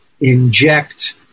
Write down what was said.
inject